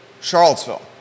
Charlottesville